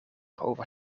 over